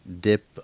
dip